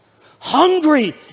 Hungry